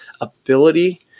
ability